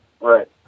right